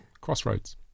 Crossroads